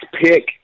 pick